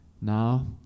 Now